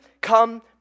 come